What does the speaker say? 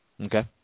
Okay